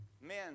men